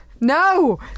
No